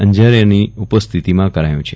અંજારીયાની ઉપસ્થિતિમાં કરાયું છે